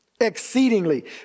exceedingly